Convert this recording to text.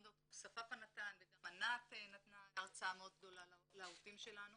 גם ד"ר ספפה נתן וגם ענת נתנה הרצאה מאוד גדולה לעובדים שלנו